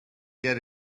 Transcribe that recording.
get